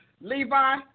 Levi